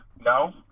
No